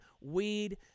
weed